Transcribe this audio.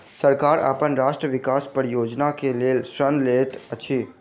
सरकार अपन राष्ट्रक विकास परियोजना के लेल ऋण लैत अछि